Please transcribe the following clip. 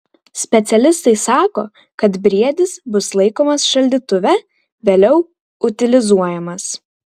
specialistai sako kad briedis bus laikomas šaldytuve vėliau utilizuojamas